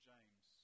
James